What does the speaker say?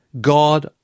God